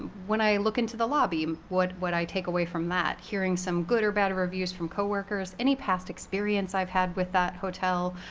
when i look into the lobby, what what i take away from that, hearing some good or bad reviews from co-workers, any past experience i've had with that hotel,